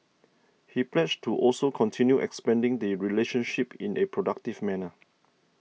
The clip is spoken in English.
he pledged to also continue expanding the relationship in a productive manner